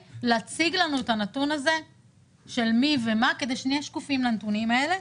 להציג לנו את הנתון הזה של מי ומה כדי שנהיה שקופים לנתונים האלה.